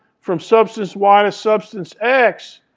from substance y to substance x,